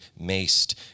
maced